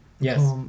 Yes